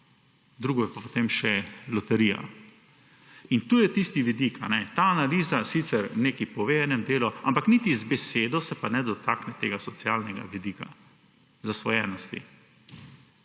Drugo je pa potem še loterija. Tu je tisti vidik. Ta analiza sicer nekaj pove v enem delu, ampak se niti z besedo ne dotakne socialnega vidika, zasvojenosti.